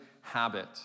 habit